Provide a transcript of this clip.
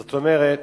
זאת אומרת,